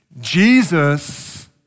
Jesus